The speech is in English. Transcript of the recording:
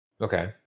Okay